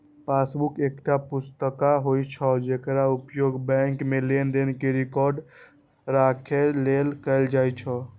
passbook एकटा पुस्तिका होइ छै, जेकर उपयोग बैंक मे लेनदेन के रिकॉर्ड राखै लेल कैल जाइ छै